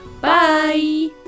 Bye